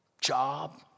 job